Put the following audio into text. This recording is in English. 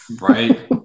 Right